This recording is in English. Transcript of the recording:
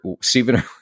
Stephen